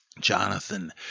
Jonathan